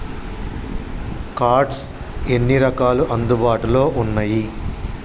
Cards ఎన్ని రకాలు అందుబాటులో ఉన్నయి?